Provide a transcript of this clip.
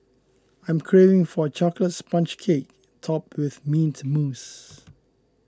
I am craving for a Chocolate Sponge Cake Topped with Mint Mousse